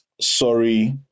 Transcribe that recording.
Sorry